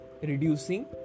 reducing